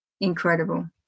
incredible